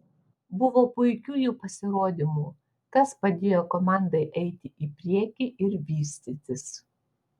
buvo puikių jų pasirodymų kas padėjo komandai eiti į priekį ir vystytis